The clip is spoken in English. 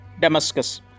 Damascus